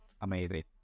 Amazing